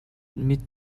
mit